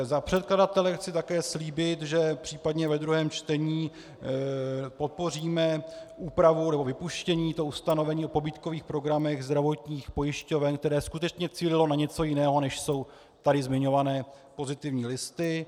Za předkladatele chci také slíbit, že případně ve druhém čtení podpoříme úpravu nebo vypuštění ustanovení o pobídkových programech zdravotních pojišťoven, které skutečně cílilo na něco jiného, než jsou tady zmiňované pozitivní listy.